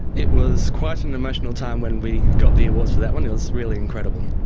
it was quite an emotional time when we got the awards for that one, it was really incredible.